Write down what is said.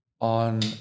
on